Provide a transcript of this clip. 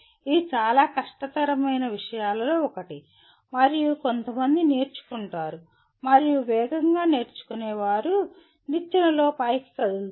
ఇది చాలా కష్టతరమైన విషయాలలో ఒకటి మరియు కొంతమంది నేర్చుకుంటారు మరియు వేగంగా నేర్చుకునే వారు నిచ్చెనలో పైకి కదులుతారు